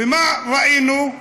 ומה ראינו?